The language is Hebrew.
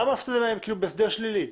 למה ללכת בהסדר שלילי?